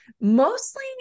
Mostly